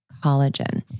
collagen